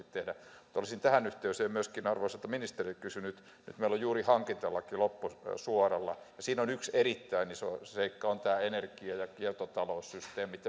tehdä mutta olisin tähän yhteyteen myöskin arvoisalta ministeriltä kysynyt nyt meillä on juuri hankintalaki loppusuoralla ja siinä yksi erittäin iso seikka on nämä energia ja kiertotaloussysteemit